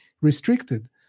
restricted